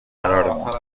قرارمون